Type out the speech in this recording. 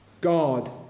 God